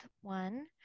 one